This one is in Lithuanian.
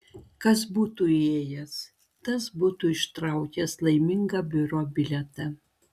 kas būtų įėjęs tas būtų ištraukęs laimingą biuro bilietą